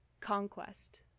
conquest